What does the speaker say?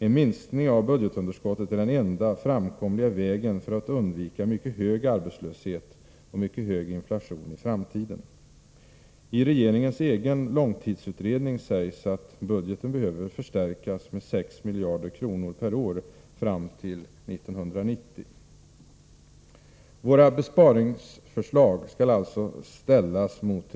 En minskning av budgetunderskottet är den enda framkomliga vägen för att undvika mycket hög arbetslöshet och mycket hög inflation i framtiden. Våra besparingsförslag skall ställas mot regeringens skattehöjningspolitik. I regeringens egen långtidsutredning sägs att budgeten behöver förstärkas med 6 miljarder kronor per år fram till 1990.